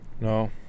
No